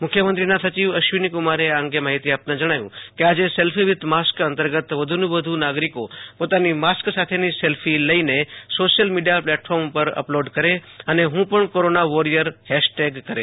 મુખ્યમંત્રીના સચિવ અશ્વિનીકુમારે આ અંગે માહિતી આપતા જણાવ્યુ કે આજે સેલ્ફી વિથ માસ્ક અંતર્ગત વધુ ને નાગરિકો પોતાની માસ્ક સાથેની સેલ્ફી લઈને સોશિયલ મીડિયા પ્લેટફોર્મ ઉપર અપલોડ કરે અને ઠૂં પણ કોરોના વોરિયર હેશટેગ કરે